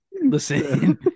Listen